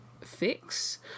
fix